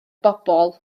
bobl